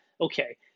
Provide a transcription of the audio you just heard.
okay